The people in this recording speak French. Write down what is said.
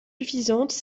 suffisantes